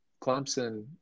Clemson